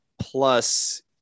Plus